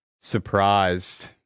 Surprised